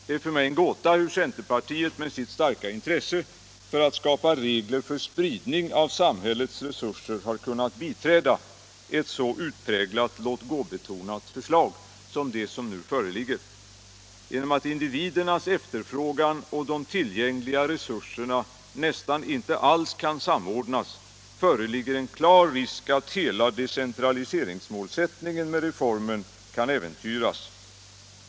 Det är för mig en gåta hur centerpartiet, med sitt starka intresse för att skapa regler för spridning av samhällets resurser, har kunnat biträda ett så utpräglat låt-gå-betonat förslag som det som nu föreligger. Genom att individernas efterfrågan på de tillgängliga resurserna nästan inte alls kan samordnas föreligger en klar risk att hela decentraliseringsmålsättningen med reformen äventyras.